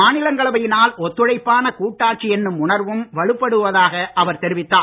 மாநிலங்களவையினால் ஒத்துழைப்பான கூட்டாட்சி என்னும் உணர்வும் வலுப்படுவதாக அவர் தெரிவித்தார்